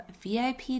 VIP